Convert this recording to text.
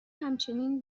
همچنین